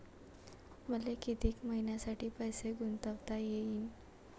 मले कितीक मईन्यासाठी पैसे गुंतवता येईन?